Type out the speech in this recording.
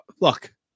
Look